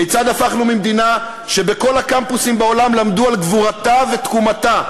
כיצד הפכנו ממדינה שבכל הקמפוסים בעולם למדו על גבורתה ותקומתה,